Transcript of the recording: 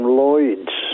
Lloyd's